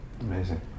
Amazing